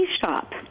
shop